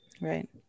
right